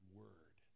word